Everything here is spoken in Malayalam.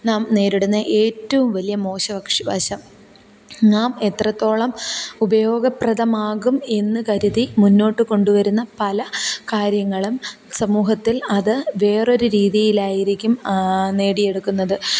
നാം നേരിടുന്ന ഏറ്റവും വലിയ മോശവക്ഷ വശം നാം എത്രത്തോളം ഉപയോഗപ്രദമാകും എന്ന് കരിതി മുന്നോട്ട് കൊണ്ട് വരുന്ന പല കാര്യങ്ങളും സമൂഹത്തിൽ അത് വേറെ ഒരു രീതിയിലായിരിക്കും നേടിയെടുക്കുന്നത്